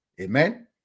Amen